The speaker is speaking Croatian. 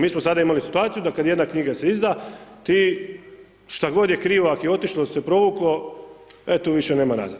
Mi smo sada imali situaciju da kada jedna knjiga se izda ti šta god je krivo, ako je otišlo da se provuklo, e tu više nema nazad.